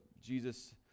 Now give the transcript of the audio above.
Jesus